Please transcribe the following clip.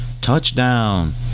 Touchdown